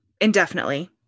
indefinitely